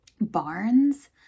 barns